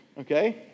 okay